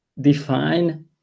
define